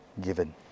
given